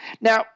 Now